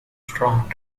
strong